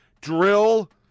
drill